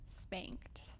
Spanked